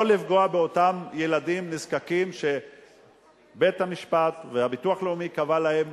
לא לפגוע באותם ילדים נזקקים שבית-המשפט והביטוח הלאומי קבעו להם